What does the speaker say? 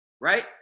right